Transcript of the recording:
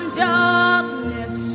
darkness